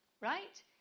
right